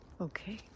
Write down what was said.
Okay